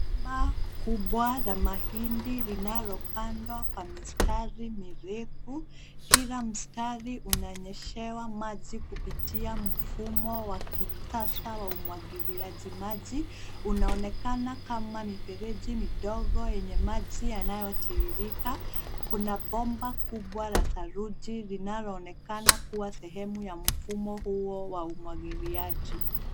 Shamba kubwa la mahindi linalopandwa kwa mistari mirefu. Kila mstari unanyeshewa maji kupitia mfumo wa kisasa wa umwagiliaji maji. Unaonekana kama mifereji midogo yenye maji yanayotiririka. Kuna bomba kubwa la saruji linaloonekana kuwa sehemu ya mfumo huo wa umwagiliaji.